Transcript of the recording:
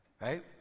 Right